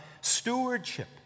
stewardship